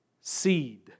seed